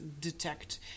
detect